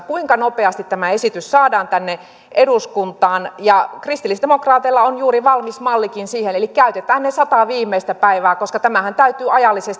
kuinka nopeasti tämä esitys saadaan tänne eduskuntaan kristillisdemokraateilla on juuri valmis mallikin siihen eli käytetään ne sata viimeistä päivää koska tämähän täytyy ajallisesti jotenkin